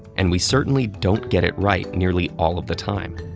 and we certainly don't get it right nearly all of the time.